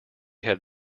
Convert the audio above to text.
had